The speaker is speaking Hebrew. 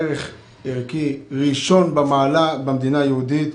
ערך ראשון במעלה במדינה יהודית.